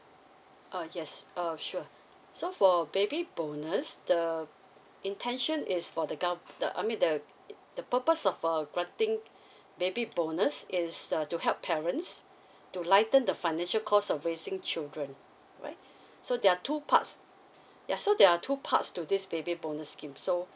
uh yes uh sure so for baby bonus the intention is for the gov~ the I mean the the purpose of uh granting baby bonus is uh to help parents to lighten the financial cost of raising children right so there are two parts ya so there are two parts to this baby bonus scheme so